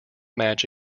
match